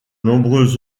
nombreux